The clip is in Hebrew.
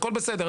הכול בסדר.